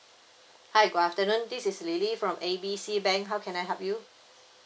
hi good afternoon this is lily from A B C bank how can I help you